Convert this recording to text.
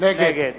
נגד